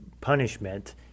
punishment